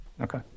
Okay